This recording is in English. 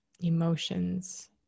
emotions